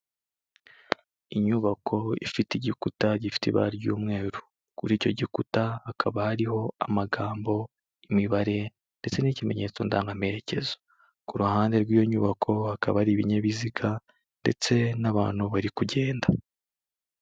Inyubako ifite igikuta gifite ibara ry'umweru, kuri icyo gikuta hakaba hariho amagambo, imibare ndetse n'ikimenyetso ndangamerekezo, ku ruhande rw'iyo nyubako, hakaba hari ibinyabiziga ndetse n'abantu bari kugenda.